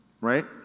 right